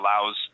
allows